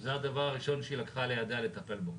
זה הדבר הראשון שהיא לקחה לידה לטפל בו.